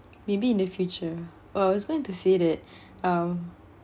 maybe in the future or I was going to say that um